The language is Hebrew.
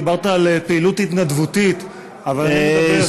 דיברת על פעילות התנדבותית אבל אני מדבר,